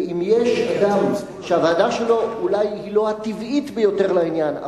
ואם יש אדם שהוועדה שלו אולי היא לא הטבעית ביותר לעניין,